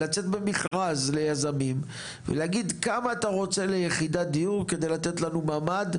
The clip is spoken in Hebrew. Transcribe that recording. לצאת במכרז ליזמים ולהגיד כמה אתה רוצה ליחידת דיור כדי לתת לנו ממ"ד,